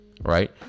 right